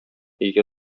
өйгә